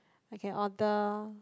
I can order